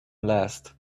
last